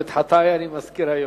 "את חטאי אני מזכיר היום".